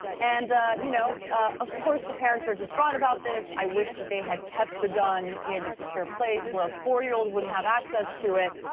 and you know of course the parents are distraught about this. i wish that they had kept the gun in a secure place where a four-year-old wouldn't have access to it,